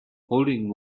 holding